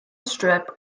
strip